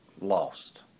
lost